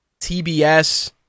TBS